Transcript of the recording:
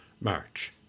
March